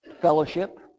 fellowship